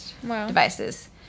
devices